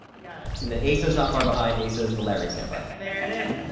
we got it. and then ace is not far behind. ace is the larry standby. there it is.